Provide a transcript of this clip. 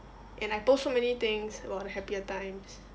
and I post so many things about the happier times